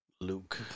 Luke